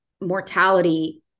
mortality